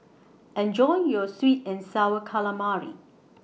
Enjoy your Sweet and Sour Calamari